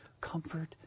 comfort